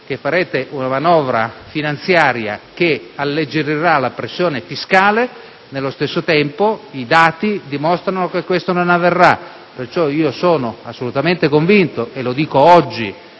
che farete una manovra finanziaria che alleggerirà la pressione fiscale e, nello stesso tempo, i dati dimostrano che questo non avverrà: ne sono assolutamente convinto (e lo affermo oggi,